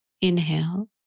Inhale